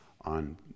on